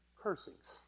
cursings